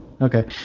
Okay